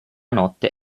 notte